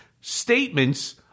statements